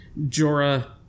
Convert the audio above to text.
Jorah